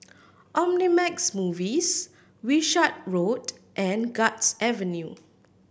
Omnimax Movies Wishart Road and Guards Avenue